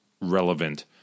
relevant